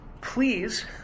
please